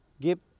give